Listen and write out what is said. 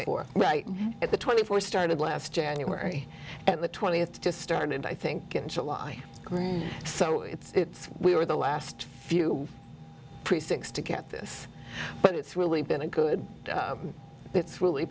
four at the twenty four started last january and the twentieth just started i think in july so it's we were the last few precincts to get this but it's really been a good it's really